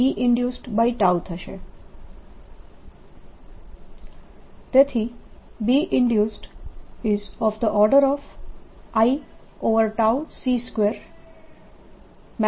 તેથી Binducedl c2 |Einduced | છે